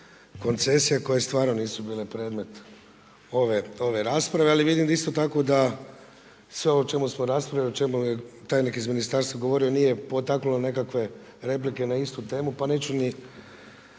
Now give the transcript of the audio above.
koncesija koje stvarno nisu bile predmet ove rasprave ali vidim isto tako da sve ovo o čemu smo raspravljali, o čemu je tajnik iz ministarstva govorio nije potaklo nekakve replike na istu temu pa neću ni